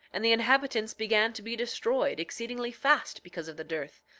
and the inhabitants began to be destroyed exceedingly fast because of the dearth,